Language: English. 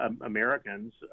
Americans